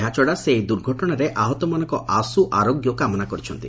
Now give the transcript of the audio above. ଏହାଛଡ଼ା ସେ ଏହି ଦୁର୍ଘଟଶାରେ ଆହତମାନଙ୍କ ଆଶୁ ଆରୋଗ୍ୟ କାମନା କରିଛନ୍ତି